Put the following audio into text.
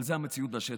אבל זו המציאות בשטח.